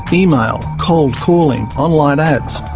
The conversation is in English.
email, cold calling, online ads,